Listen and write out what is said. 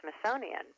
Smithsonian